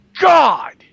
god